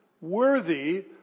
worthy